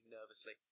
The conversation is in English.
nervously